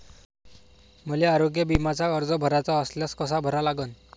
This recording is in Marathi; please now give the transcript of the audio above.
मले आरोग्य बिम्याचा अर्ज भराचा असल्यास कसा भरा लागन?